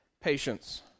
patience